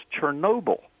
Chernobyl